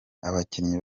abakinnyi